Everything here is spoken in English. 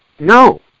No